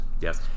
Yes